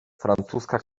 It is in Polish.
francuska